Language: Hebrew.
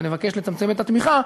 ונבקש לצמצם את התמיכה,